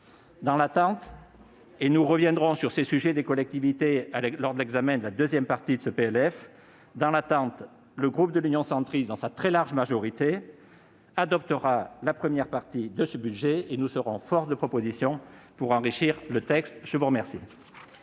Dans l'attente, et nous reviendrons sur le sujet des collectivités lors de l'examen de la seconde partie de ce PLF, le groupe Union Centriste, dans sa très large majorité, adoptera la première partie de ce budget. Nous serons force de proposition pour enrichir le texte. Très bien